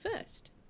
first